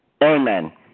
Amen